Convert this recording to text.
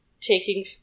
taking